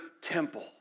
temple